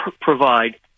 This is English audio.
provide